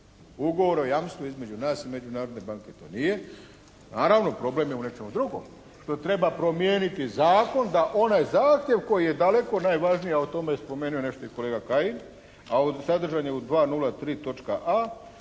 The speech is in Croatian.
Ugovor o jamstvu između nas i Međunarodne banke to nije, naravno problem je u nečemu drugom, što treba promijeniti zakon da onaj zahtjev koji je daleko najvažniji, a o tome je spomenuo nešto i kolega Kajin, a sadržan je u 203